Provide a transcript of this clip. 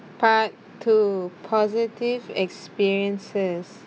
part two positive experiences